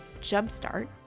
jumpstart